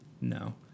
No